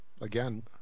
again